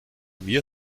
mir